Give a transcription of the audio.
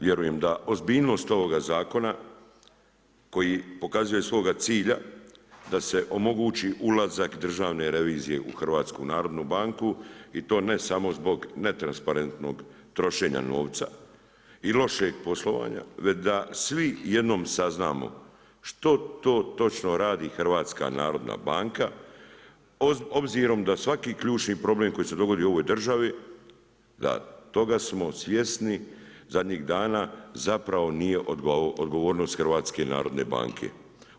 Vjerujem da ozbiljnost ovoga zakona koji pokazuje svoga cilja da se omogući ulazak Državne revizije u HNB i to ne samo zbog netransparentnog trošenja novca i lošeg poslovanja već da svi jednom saznamo što to točno radi HNB obzirom da svaki ključni problem koji se dogodi u ovoj državi da toga smo svjesni zadnjih dana zapravo nije odgovornost HNB-a.